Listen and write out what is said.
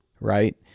right